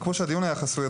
כמו שהדיון היה חסוי,